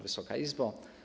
Wysoka Izbo!